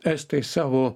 estai savo